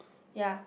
ya